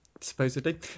Supposedly